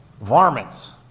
Varmints